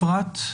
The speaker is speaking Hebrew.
אפרת.